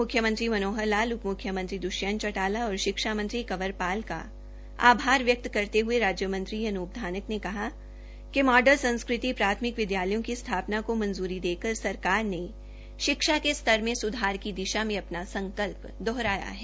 मुख्यमंत्री मनोहर लाल उप म्ख्यमंत्री द्ष्यंत चौटाला और शिक्षा मंत्री कंवरपाल का आभार व्यक्त करते हये राज्य मंत्री अनूप धनक ने कहा कि मॉडल संस्कृति प्राथमिक विद्यालयों की स्थापना को मंजूरी देकर कर सरकार ने शिक्षा के स्तर में स्धार की दिशा में अपना संकल्प दोहराया है